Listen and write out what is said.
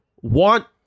want